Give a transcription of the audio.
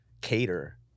cater